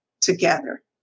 together